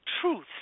truth